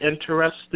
interested